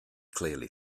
clearly